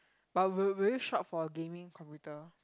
but will will you shop for gaming computer